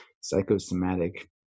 psychosomatic